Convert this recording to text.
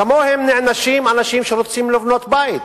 כמוהם נענשים אנשים שרוצים לבנות בית,